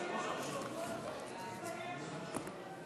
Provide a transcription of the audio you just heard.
שלוש דקות,